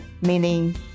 Meaning